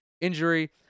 injury